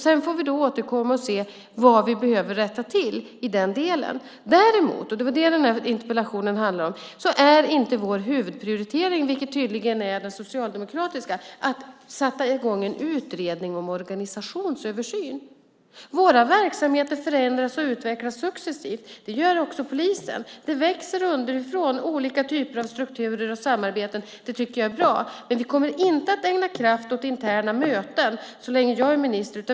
Sedan får vi återkomma och se vad vi behöver rätta till. Däremot, och det var det interpellationen handlar om, är inte vår huvudprioritering, som tydligen är den socialdemokratiska, att sätta i gång en utredning och en organisationsöversyn. Våra verksamheter förändras och utvecklas successivt, det gör också polisens. Det växer underifrån olika typer av strukturer och samarbeten. Det tycker jag är bra, men vi kommer inte att ägna kraft åt interna möten så länge jag är minister.